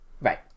Right